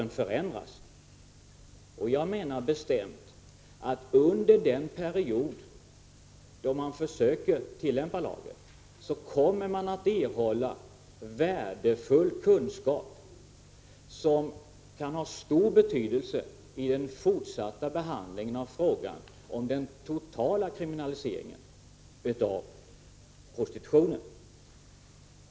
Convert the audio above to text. Det är min bestämda mening att man under den period som lagen tillämpas kommer att erhålla värdefull kunskap, som kan ha stor betydelse vid den fortsatta behandlingen av frågan om den totala kriminaliseringen av prostitutionen.